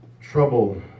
Trouble